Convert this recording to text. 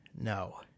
no